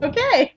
Okay